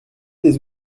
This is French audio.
des